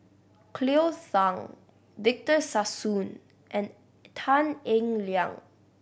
Cleo Thang Victor Sassoon and Tan Eng Liang